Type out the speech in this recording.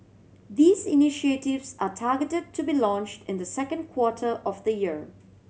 these initiatives are targeted to be launched in the second quarter of the year